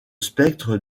spectre